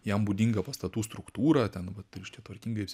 jam būdinga pastatų struktūra ten vat reiškia tvarkingais